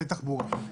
תחבורה.